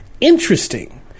interesting